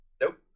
Nope